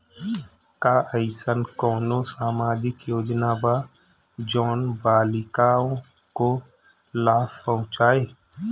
का अइसन कोनो सामाजिक योजना बा जोन बालिकाओं को लाभ पहुँचाए?